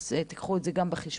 אז קחו את זה גם בחשבון.